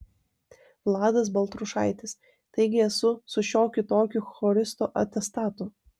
vladas baltrušaitis taigi esu su šiokiu tokiu choristo atestatu